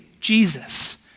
Jesus